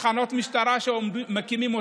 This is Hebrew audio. תחנות משטרה שמקימים,